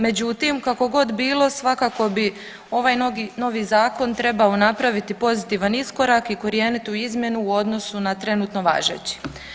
Međutim, kako god bilo svakako bi ovaj novi zakon trebao napraviti pozitivan iskorak i korjenitu izmjenu u odnosu na trenutno važeći.